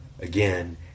again